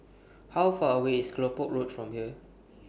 How Far away IS Kelopak Road from here